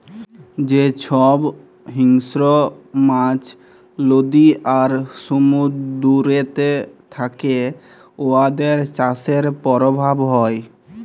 যে ছব হিংস্র মাছ লদী আর সমুদ্দুরেতে থ্যাকে উয়াদের চাষের পরভাব হ্যয়